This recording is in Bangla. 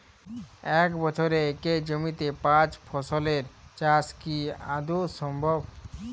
এক বছরে একই জমিতে পাঁচ ফসলের চাষ কি আদৌ সম্ভব?